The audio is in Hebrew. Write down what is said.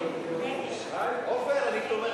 כבל